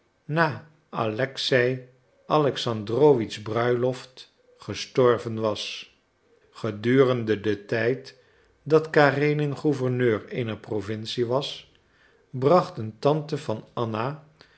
na alexei alexandrowitsch's bruiloft gestorven was gedurende den tijd dat karenin gouverneur eener provincie was bracht een tante van anna